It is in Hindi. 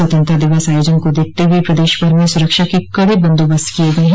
स्वतंत्रता दिवस आयोजन को देखते हुए प्रदेश भर में सुरक्षा के कड़े बंदोबस्त किये गये हैं